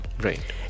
Right